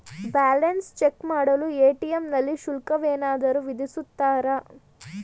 Balance check ಮಾಡಲು ATM ನಲ್ಲಿ ಶುಲ್ಕವೇನಾದರೂ ವಿಧಿಸುತ್ತಾರಾ?